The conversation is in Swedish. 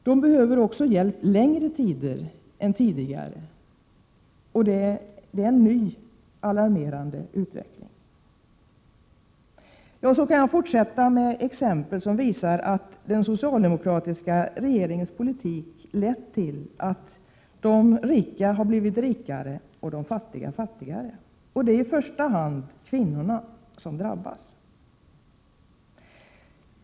De behöver också hjälp längre perioder än tidigare, vilket är en ny alarmerande utveckling. På detta sätt kan jag fortsätta och med exempel visa att den socialdemokratiska regeringens politik lett till att de rika har blivit rikare och de fattiga fattigare. Och det är i första hand kvinnorna som drabbas.